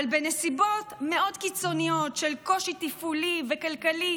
אבל בנסיבות מאוד קיצוניות של קושי תפעולי וכלכלי,